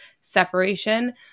separation